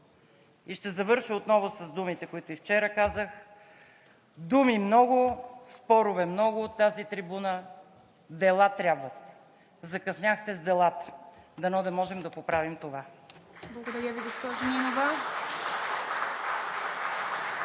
И ще завърша отново с думите, които и вчера казах: „Думи много, спорове много от тази трибуна, дела трябват! Закъсняхте с делата!“ Дано да можем да поправим това! (Ръкопляскания